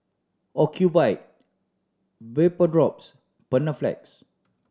Ocuvite Vapodrops Panaflex